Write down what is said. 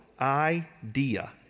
idea